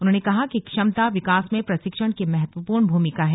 उन्होंने कहा कि क्षमता विकास में प्रशिक्षण की महत्वपूर्ण भूमिका है